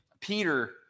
Peter